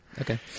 Okay